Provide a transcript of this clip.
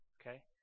Okay